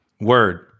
Word